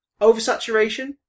Oversaturation